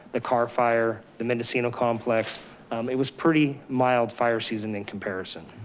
the car fire, the mendocino complex it was pretty mild fire season in comparison.